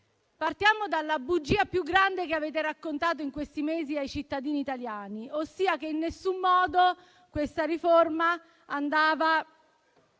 partiamo dalla bugia più grande che avete raccontato in questi mesi ai cittadini italiani, ossia che in alcun modo questa riforma andava